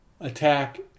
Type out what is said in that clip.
attack